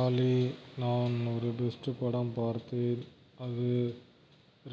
ஆலி நான் ஒரு பெஸ்ட் படம் பார்த்தேன் அது